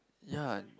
ya